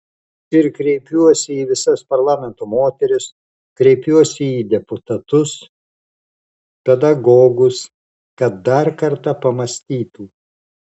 ir kreipiuosi į visas parlamento moteris kreipiuosi į deputatus pedagogus kad dar kartą pamąstytų